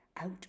out